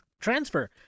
transfer